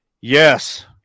yes